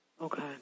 Okay